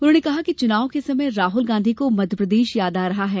उन्होंने कहा कि चुनाव के समय राहल गांधी को मध्यप्रदेश याद आ रहा है